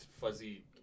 fuzzy